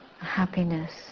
happiness